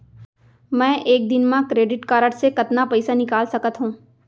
मैं एक दिन म क्रेडिट कारड से कतना पइसा निकाल सकत हो?